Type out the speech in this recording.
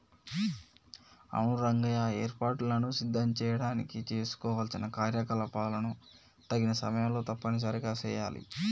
అవును రంగయ్య ఏర్పాటులను సిద్ధం చేయడానికి చేసుకోవలసిన కార్యకలాపాలను తగిన సమయంలో తప్పనిసరిగా సెయాలి